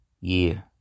year